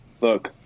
look